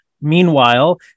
Meanwhile